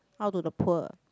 out to the poor